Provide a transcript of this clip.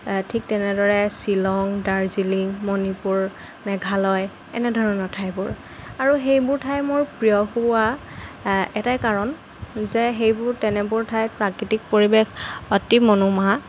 ঠিক তেনেদৰে শ্বিলং দাৰ্জিলিং মণিপুৰ মেঘালয় এনেধৰণৰ ঠাইবোৰ আৰু সেইবোৰ ঠাই মোৰ প্ৰিয় হোৱা এটাই কাৰণ যে সেইবোৰ তেনেবোৰ ঠাইত প্ৰাকৃতিক পৰিৱেশ অতি মনোমোহা